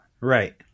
Right